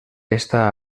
està